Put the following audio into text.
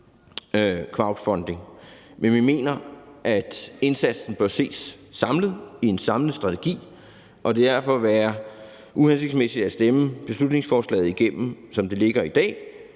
crowdfunding. Men vi mener, at indsatsen bør ses samlet og i en samlet strategi, og at det derfor vil være uhensigtsmæssigt at stemme beslutningsforslaget igennem, som det ligger i dag,